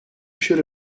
should